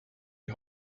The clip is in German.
die